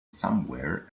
somewhere